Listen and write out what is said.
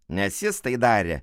nes jis tai darė